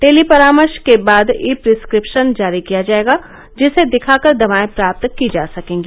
tele परामर्श के बाद ई प्रिस्क्रिप्शन जारी किया जाएगा जिसे दिखाकर दवाएं प्राप्त की जा सकेंगी